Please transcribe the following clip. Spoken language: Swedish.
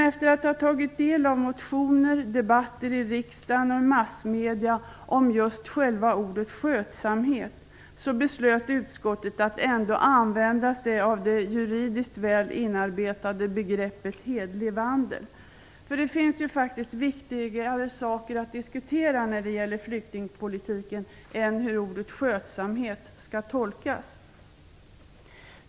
Efter att ha tagit del av motioner, debatter i riksdagen och i massmedierna om just ordet skötsamhet, beslöt utskottet att ändå använda sig av det juridiskt väl inarbetade begreppet "hederlig vandel". Det finns faktiskt viktigare saker att diskutera när det gäller flyktingpolitiken än hur ordet skötsamhet skall tolkas.